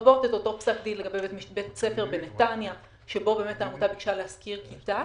לגבי בית ספר בנתניה שבו העמותה ביקשה לשכור כיתה